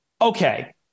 Okay